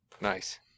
nice